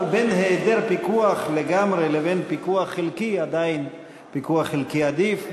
אבל בין היעדר פיקוח לגמרי לבין פיקוח חלקי עדיין פיקוח חלקי עדיף.